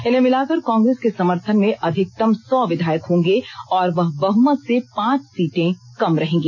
इन्हें मिलाकर कांग्रेस के समर्थन में अधिकतम सौ विधायक होंगे और वह बहुमत से पांच सीटें कम रहेगी